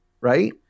right